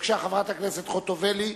חברת הכנסת חוטובלי,